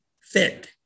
fit